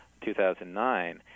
2009